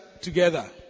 together